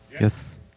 Yes